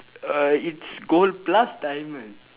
uh it's gold plus diamond